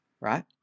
Right